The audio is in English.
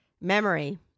memory